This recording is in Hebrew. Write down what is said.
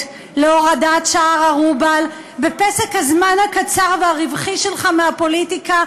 "להורדת שער הרובל" בפסק הזמן הקצרצר והרווחי שלך מהפוליטיקה,